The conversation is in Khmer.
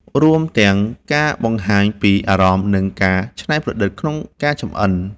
រួមទាំងការបង្ហាញពីអារម្មណ៍ និងការច្នៃប្រឌិតក្នុងការចំអិន។